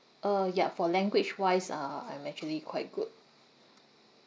uh yup for language wise uh I'm actually quite good